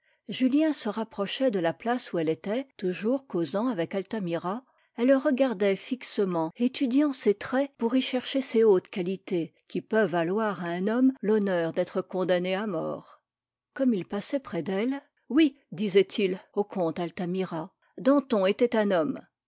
julien se rapprochait de la place où elle était toujours causant avec altamira elle le regardait fixement étudiant ses traits pour y chercher ces hautes qualités qui peuvent valoir à un homme l'honneur d'être condamné à mort comme il passait près d'elle oui disait-il au comte altamira danton était un homme